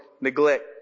neglect